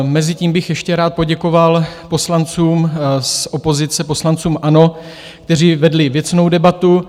Mezitím bych ještě rád poděkoval poslancům z opozice, poslancům ANO, kteří vedli věcnou debatu.